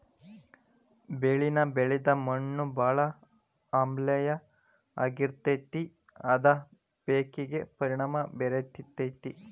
ಬೆಳಿನ ಬೆಳದ ಮಣ್ಣು ಬಾಳ ಆಮ್ಲೇಯ ಆಗಿರತತಿ ಅದ ಪೇಕಿಗೆ ಪರಿಣಾಮಾ ಬೇರತತಿ